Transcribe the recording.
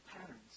patterns